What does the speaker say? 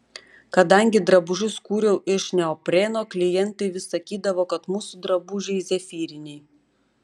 kadangi drabužius kūriau iš neopreno klientai vis sakydavo kad mūsų drabužiai zefyriniai